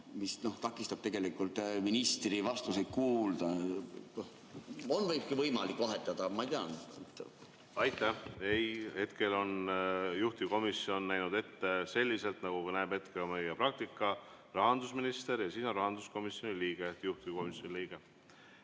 mis takistab tegelikult ministri vastuseid kuulata? On ehk võimalik vahetada? Aitäh! Ei, hetkel on juhtivkomisjon näinud ette selliselt, nagu näeb ette ka meie praktika: rahandusminister ja siis on rahanduskomisjoni liige, juhtivkomisjoni liige.